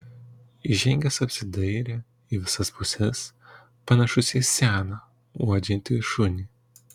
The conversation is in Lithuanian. įžengęs apsidairė į visas puses panašus į seną uodžiantį šunį